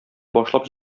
башлап